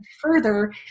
further